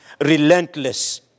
relentless